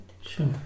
Sure